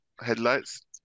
Headlights